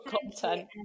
content